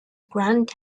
grand